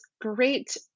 great